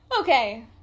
Okay